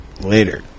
Later